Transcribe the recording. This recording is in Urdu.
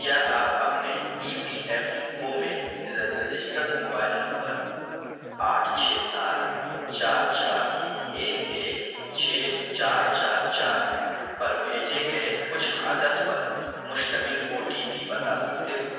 کیا آپ اپنے ای پی ایف او میں رجسٹرڈ موبائل نمبر آٹھ چھ سات چار چار ایک ایک چھ چار چار چار پر بھیجے گئے کچھ عدد پر مشتمل او ٹی پی بتا سکتے ہو